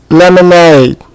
lemonade